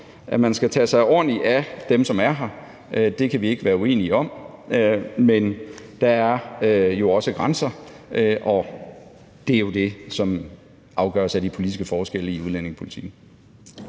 At man skal tage sig ordentligt af dem, som er her, kan vi ikke være uenige om, men der er også grænser, og det er jo dem, som afgøres af de politiske forskelle i udlændingepolitikken.